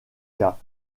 cas